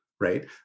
right